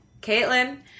Caitlin